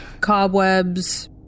Cobwebs